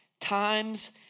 times